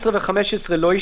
סעיפים (14) ו-15) לא השתנו.